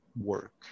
Work